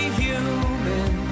human